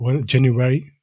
January